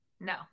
no